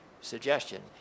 suggestion